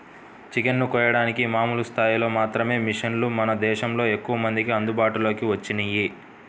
chicken ని కోయడానికి మామూలు స్థాయిలో మాత్రమే మిషన్లు మన దేశంలో ఎక్కువమందికి అందుబాటులోకి వచ్చినియ్యి